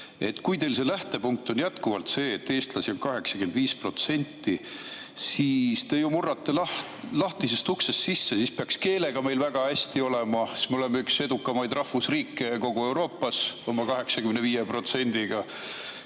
Kui teil see lähtepunkt on jätkuvalt see, et eestlasi on 85%, siis te ju murrate lahtisest uksest sisse: siis peaks keelega meil väga hästi olema, siis me oleme üks edukamaid rahvusriike kogu Euroopas oma 85%-ga.